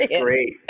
Great